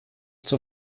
zur